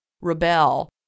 rebel